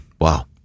wow